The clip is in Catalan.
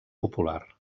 popular